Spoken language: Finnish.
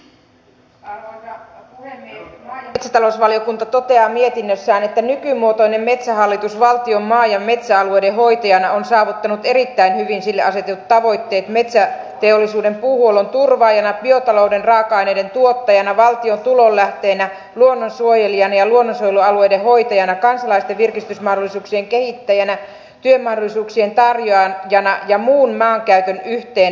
maa ja metsätalousvaliokunta toteaa mietinnössään että nykymuotoinen metsähallitus valtion maa ja metsäalueiden hoitajana on saavuttanut erittäin hyvin sille asetetut tavoitteet metsäteollisuuden puuhuollon turvaajana biotalouden raaka aineiden tuottajana valtion tulonlähteenä luonnonsuojelijana ja luonnonsuojelualueiden hoitajana kansalaisten virkistysmahdollisuuksien kehittäjänä työmahdollisuuksien tarjoajana ja muun maankäytön yhteensovittajana